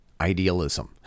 idealism